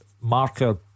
marker